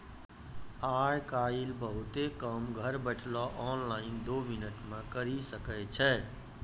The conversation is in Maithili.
आय काइल बहुते काम घर बैठलो ऑनलाइन दो मिनट मे करी सकै छो